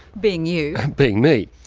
being you? being me,